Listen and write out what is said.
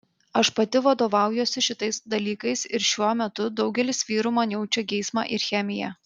aš pati vadovaujuosi šitais dalykais ir šiuo metu daugelis vyrų man jaučia geismą ir chemiją